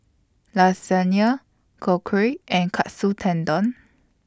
Lasagna Korokke and Katsu Tendon